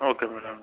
okay madam